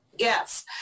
Yes